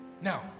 Now